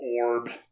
orb